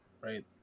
right